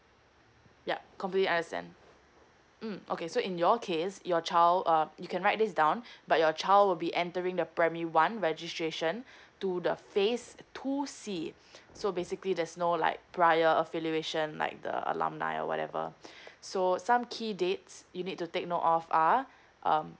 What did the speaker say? yup complete I understand mm okay so in your case your child uh you can write this down but your child will be entering the primary one registration to the phase two C so basically there's no like prior affiliation like the alumni or whatever so some key dates you need to take note of are um